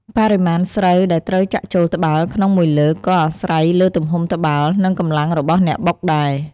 បរិមាណស្រូវដែលត្រូវចាក់ចូលត្បាល់ក្នុងមួយលើក ក៏អាស្រ័យលើទំហំត្បាល់ និងកម្លាំងរបស់អ្នកបុកដែរ។